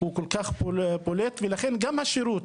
הוא מאוד בולט ולכן גם השירות,